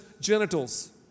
genitals